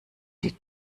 die